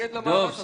להתנגד למהלך הזה.